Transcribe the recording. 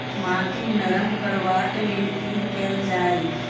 माटि नरम करबाक लेल की केल जाय?